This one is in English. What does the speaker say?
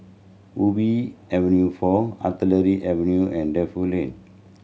Ubi Avenue Four Artillery Avenue and Defu Lane